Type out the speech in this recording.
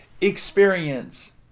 experience